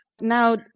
Now